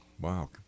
Wow